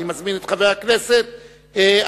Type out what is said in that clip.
אני קובע שהצעת